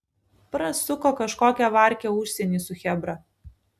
prasuko kažkokią varkę užsieny su chebra